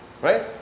Right